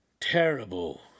Terrible